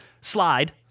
slide